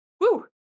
Woo